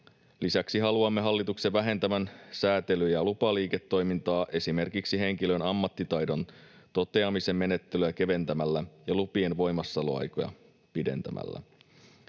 Lisäksi haluamme hallituksen vähentävän sääntely- ja lupaliiketoimintaa esimerkiksi henkilön ammattitaidon toteamisen menettelyä keventämällä ja lupien voimassaoloaikoja pidentämällä.